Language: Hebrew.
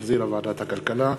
שהחזירה ועדת הכלכלה.